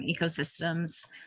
ecosystems